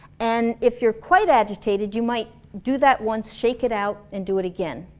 and if you're quite agitated, you might do that once, shake it out, and do it again.